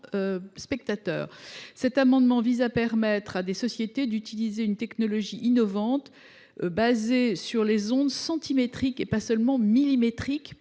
spectateurs. Cet amendement a pour objet de permettre à des sociétés d’utiliser une technologie innovante basée sur les ondes centimétriques, et pas seulement millimétriques,